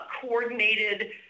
coordinated